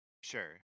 Sure